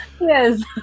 Yes